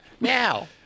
Now